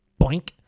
boink